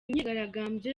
myigaragambyo